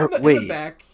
Wait